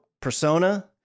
persona